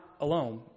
alone